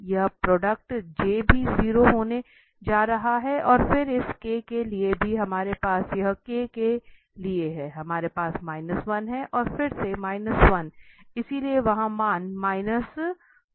वह प्रोडक्ट भी 0 होने जा रहा है और फिर इस के लिए भी हमारे पास यह के लिए है हमारे पास 1 है और फिर से 1 इसलिए वहाँ मान है